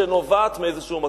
שנובעת מאיזה מקום.